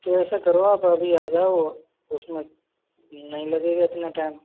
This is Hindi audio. तो ऐसा करो आप अभी आ जाओ उसमें नहीं लगेगा इतना टाइम